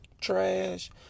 trash